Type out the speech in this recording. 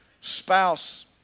spouse